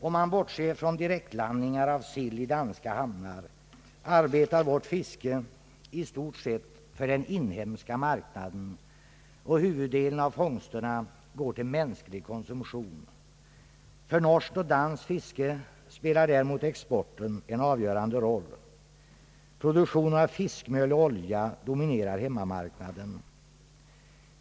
Om man bortser från direktlandningen av sill i danska hamnar arbetar vårt fiske i stort sett för den inhemska marknaden, och huvuddelen av fångsterna går till mänsklig konsumtion. För norskt och danskt fiske spelar däremot exporten en avgörande roll. Produktionen av fiskmjöl och olja dominerar hemmamarknaderna.